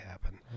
happen